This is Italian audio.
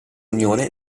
unione